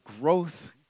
growth